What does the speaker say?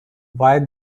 why